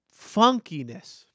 funkiness